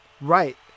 Right